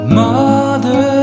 mother